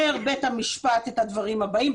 אומר בית המשפט העליון את הדברים הבאים,